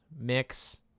mix